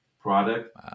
product